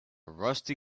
rusty